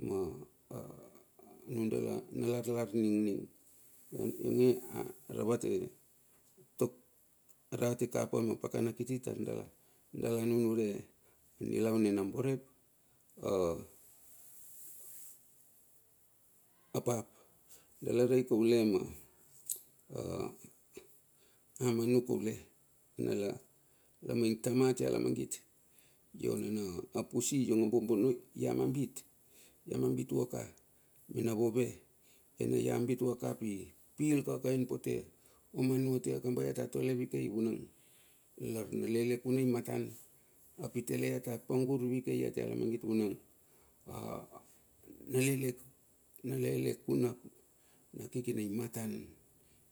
Manudala nanalarlar ningning, ionge aravate. tok, arate kapa ma pakana kiti tar dala, dala nunure a nilaun nina bore, ap apap. Dala rei kaule ma manu kaule. na la. lamaing tama tia lamangit. io nana a pusi iong a buobuono i amambit. Iamambit vuaka mena vove, ai na iambit vuaka pi pil kakaian pote omanu atia, kamba ia ta tole vakei vunang, na lele kuna i matan. Ap i tale ia ta pangur vikei vunang na lelekuna na kikina imatan.